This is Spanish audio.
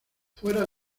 fuera